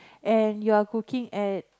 and you're cooking at